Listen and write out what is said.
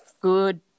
good